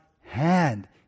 hand